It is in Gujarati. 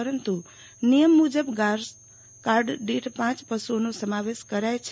પરંતુ નિયમ મુજબ ઘાસ કાર્ડ દીઠ પાંચ પશુઓનો સમાવેશ કરાય છે